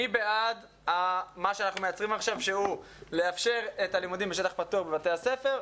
מי בעד לאפשר את הלימודים בשטח פתוח בבתי הספר?